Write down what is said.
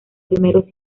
primeros